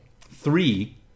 three